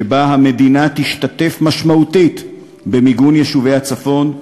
שבה המדינה תשתתף משמעותית במיגון יישובי הצפון,